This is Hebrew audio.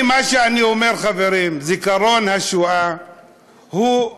מה שאני אומר, חברים, זיכרון השואה הוא,